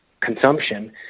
consumption